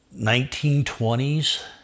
1920s